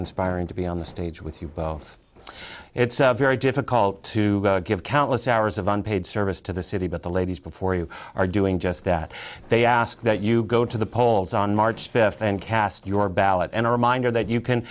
inspiring to be on the stage with you both it's very difficult to give countless hours of unpaid service to the city but the ladies before you are doing just that they ask that you go to the polls on march fifth and cast your ballot and a reminder that you can